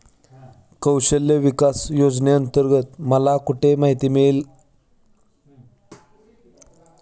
कौशल्य विकास योजनेअंतर्गत मला कुठे माहिती मिळेल?